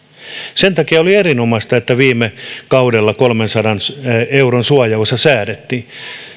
sen takia oli erinomaista että viime kaudella kolmensadan euron suojaosa säädettiin